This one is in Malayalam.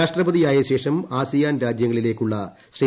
രാഷ്ട്രപതി യായ ശേഷം ആസിയാൻ രാജ്യങ്ങളിലേക്കുള്ള ശ്രീ